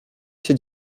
się